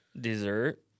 dessert